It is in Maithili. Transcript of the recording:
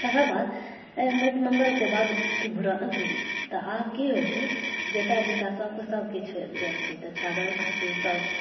तकर बाद माटि मङ्गलके बाद अथी तऽ आब की होइत छै जतय जतय सभके सभकिछु छोड़ल जाइत छै तऽ छागड़ खस्सीसभ